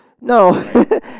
No